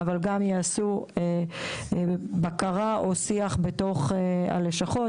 אבל גם יעשו בקרה או שיח בתוך הלשכות,